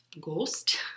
Ghost